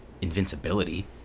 invincibility